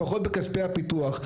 לפחות בכספי הפיתוח.